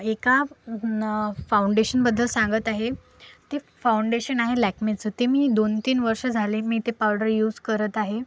एका फाऊंडेशनबद्दल सांगत आहे ते फाऊंडेशन आहे लॅक्मेचं ते मी दोन तीन वर्ष झाले मी ते पावडर यूज करत आहे